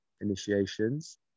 initiations